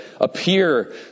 appear